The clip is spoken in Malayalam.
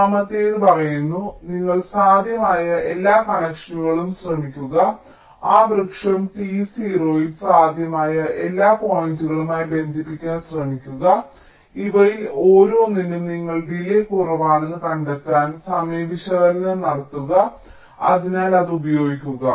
മൂന്നാമത്തേത് പറയുന്നു നിങ്ങൾ സാധ്യമായ എല്ലാ കണക്ഷനുകളും ശ്രമിക്കുക ആ വൃക്ഷം T0 ൽ സാധ്യമായ എല്ലാ പോയിന്റുകളുമായി ബന്ധിപ്പിക്കാൻ ശ്രമിക്കുക ഇവയിൽ ഓരോന്നിനും നിങ്ങൾ ഡിലേയ്യ് കുറവാണെന്ന് കണ്ടെത്താൻ സമയ വിശകലനം നടത്തുക അതിനാൽ അത് ഉപയോഗിക്കുക